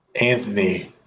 Anthony